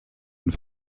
and